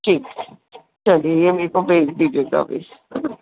ठीक चलिए ये मेरे को भेज दीजिएगा अभी